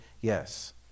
yes